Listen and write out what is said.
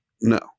No